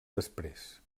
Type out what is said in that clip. després